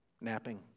Napping